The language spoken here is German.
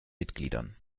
mitgliedern